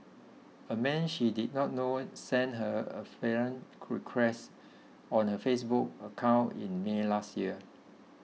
a man she did not know sent her a friend request on her Facebook account in May last year